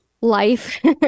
Life